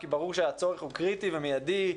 כי ברור שהצורך הוא קריטי ומידי.